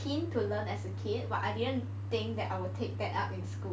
keen to learn as a kid but I didn't think that I will take that up in school